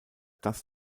das